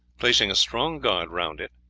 placing a strong guard round it,